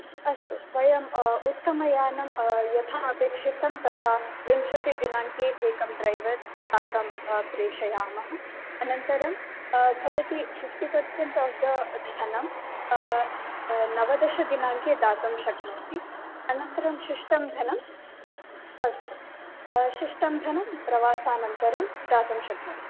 अस्तु वयम् उत्तमयानं यथा आपेक्षितं तथा विंशतिदिनाङ्के एकं ड्रैवर् साकं प्रेषयामः अनन्तरं भवति फ़िफ़्टि पर्सेन्ट् आफ़् द धनं नवदशदिनाङ्के दातुं शक्नोति अनन्तरं शिष्टं धनम् अस्तु शिष्टं धनं प्रवासानन्तरं दातुं शक्नति